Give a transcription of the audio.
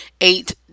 eight